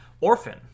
Orphan